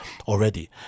already